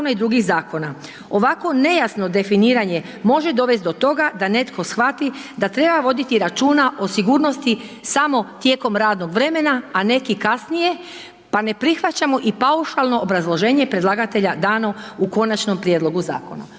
ovako nejasno definiranje, može dovesti do toga, da netko shvati da treba voditi računa o sigurnosti samo tijekom radnog vremena, a neki kasnije, pa ne prihvaćamo i paušalno obrazloženje predlagatelja dano u konačnom prijedlogu zakona.